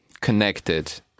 connected